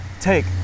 take